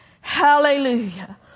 Hallelujah